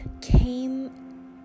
came